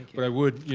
but i would, you